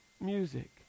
music